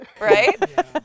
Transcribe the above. right